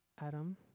Adam